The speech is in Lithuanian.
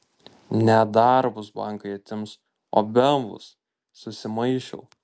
ne darbus bankai atims o bemvus susimaišiau